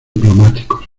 diplomáticos